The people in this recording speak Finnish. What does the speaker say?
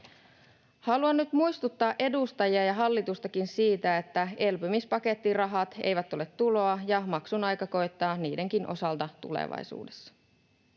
Haluan nyt muistuttaa edustajia ja hallitustakin siitä, että elpymispakettirahat eivät ole tuloa ja maksun aika koittaa niidenkin osalta tulevaisuudessa.